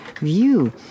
view